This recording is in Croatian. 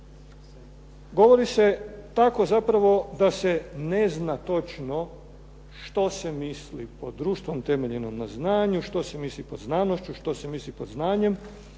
Govori se tako zapravo da se ne zna točno što se misli pod društvom temeljenom na znanju, što se misli pod znanošću, što se misli pod znanjem.